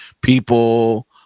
People